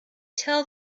tell